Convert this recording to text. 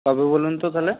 কবে বলুন তো তাহলে